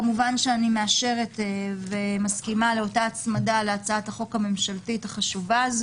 כמובן שאני מסכימה להצמיד את ההצעה שלי להצעת החוק הממשלתית ואני